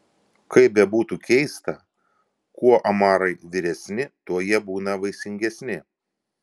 kaip bebūtų keista kuo omarai vyresni tuo jie būna vaisingesni